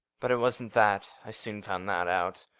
but it wasn't that. i soon found that out.